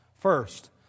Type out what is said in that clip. first